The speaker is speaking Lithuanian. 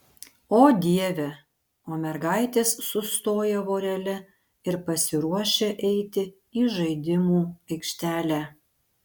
o dieve o mergaitės sustoja vorele ir pasiruošia eiti į žaidimų aikštelę